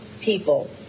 people